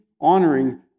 honoring